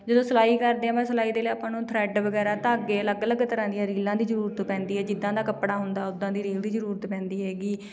ਜਦੋਂ ਸਿਲਾਈ ਕਰਦੇ ਹਾਂ ਮੈਂ ਸਿਲਾਈ ਦੇ ਲਈ ਆਪਾਂ ਨੂੰ ਥਰੈਡ ਵਗੈਰਾ ਧਾਗੇ ਅਲੱਗ ਅਲੱਗ ਤਰ੍ਹਾਂ ਦੀਆਂ ਰੀਲਾਂ ਦੀ ਜ਼ਰੂਰਤ ਪੈਂਦੀ ਹੈ ਜਿੱਦਾਂ ਦਾ ਕੱਪੜਾ ਹੁੰਦਾ ਉਦਾਂ ਦੀ ਰੀਲ ਦੀ ਜ਼ਰੂਰਤ ਪੈਂਦੀ ਹੈਗੀ